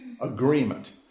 agreement